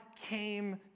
came